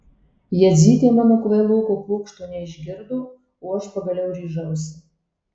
jadzytė mano kvailoko pokšto neišgirdo o aš pagaliau ryžausi